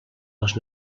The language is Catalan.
les